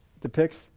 depicts